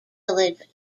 village